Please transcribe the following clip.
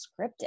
scripted